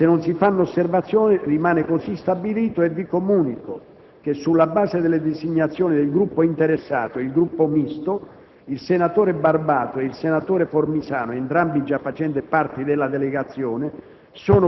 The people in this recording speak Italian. Se non si fanno osservazioni, così rimane stabilito. Sulla base delle designazioni del Gruppo interessato, il Gruppo Misto, il senatore Barbato e il senatore Formisano - entrambi già facenti parte della delegazione